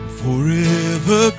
forever